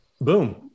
boom